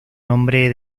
nombre